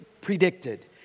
predicted